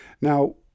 Now